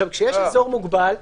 כשיש אזור מוגבל,